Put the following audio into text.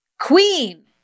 queen